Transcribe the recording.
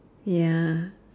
ya